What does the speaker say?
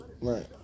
Right